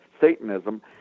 Satanism